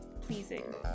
pleasing